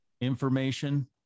information